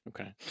Okay